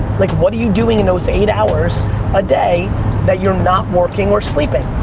like what are you doing in those eight hours a day that you're not working or sleeping?